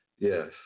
Yes